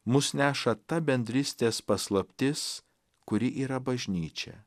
mus neša ta bendrystės paslaptis kuri yra bažnyčia